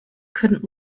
couldn’t